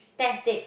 static